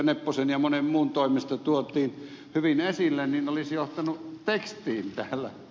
nepposen ja monen muun toimesta tuotiin hyvin esille olisi johtanut täällä tekstiin